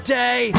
day